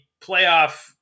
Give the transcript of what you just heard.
playoff